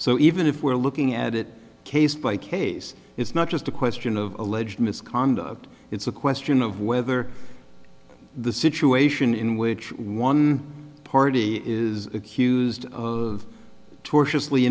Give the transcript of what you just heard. so even if we're looking at it case by case it's not just a question of alleged misconduct it's a question of weather the situation in which one party is accused tortur